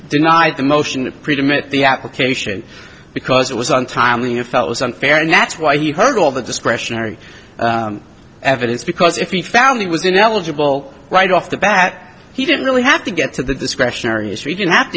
denied the motion pretty met the application because it was untimely it felt was unfair and that's why you heard all the discretionary evidence because if he found he was ineligible right off the bat he didn't really have to get to the discretionary history didn't have